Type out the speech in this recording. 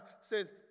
says